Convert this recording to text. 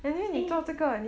eh